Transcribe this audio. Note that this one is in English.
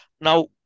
Now